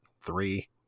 Three